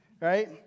right